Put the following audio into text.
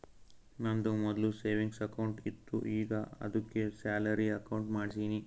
ನಂದು ಮೊದ್ಲು savings account ಇತ್ತು ಈಗ ಆದ್ದುಕೆ ಸ್ಯಾಲರಿ ಅಕೌಂಟ್ ಮಾಡ್ಸಿನಿ